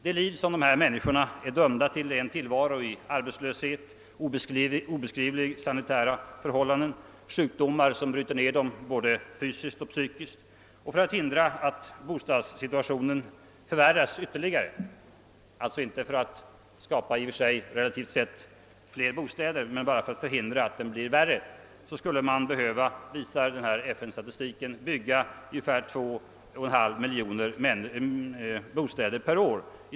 Det liv som de här människorna är dömda till är en tillvaro i arbetslöshet, obeskrivliga sanitära förhållanden och sjukdomar som bryter ned dem både fysiskt och psykiskt. För att hindra att bostadssituationen förvärras, alltså inte för att skapa relativt sett fler bostäder, skulle man enligt FN-statistiken behöva bygga ungefär 2,5 miljoner bostäder per år.